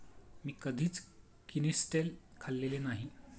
मी कधीच किनिस्टेल खाल्लेले नाही